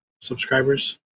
subscribers